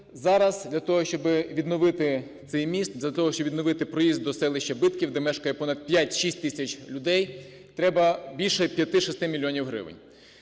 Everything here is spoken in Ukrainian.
того, щоби відновити проїзд до селища Битків, де мешкає понад п'ять… шість тисяч людей, треба більше 5-6 мільйонів гривень.